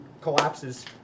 collapses